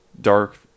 dark